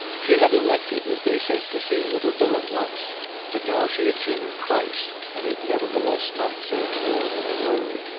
she had elected, as they said, to see little bilham once but now she had seen him twice and had nevertheless not said more than a word.